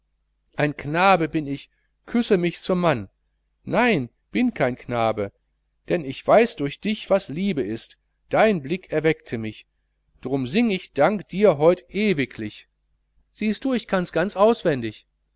ein knabe bin ich küsse mich zum mann nein bin kein knabe denn ich weiß durch dich was liebe ist dein blick erweckte mich drum sing ich dank dir heut und ewiglich siehst du ich kann's ganz auswendig